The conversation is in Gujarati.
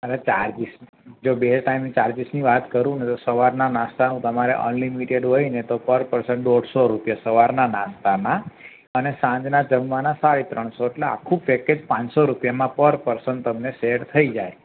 અરે ચાર્જીસ જો બે ટાઇમ ચાર્જીસની વાત કરું ને તો સવારના નાસ્તાનું તમારે અનલિમિટેડ હોય ને તો પર પર્સન દોઢસો રૂપિયા સવારના નાસ્તાના અને સાંજના જમવાના સાડી ત્રણસો એટલે આખું પૅકેજ પાંચસો રૂપિયામાં પર પર્સન તમને સેટ થઇ જાય